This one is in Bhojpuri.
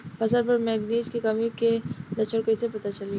फसल पर मैगनीज के कमी के लक्षण कइसे पता चली?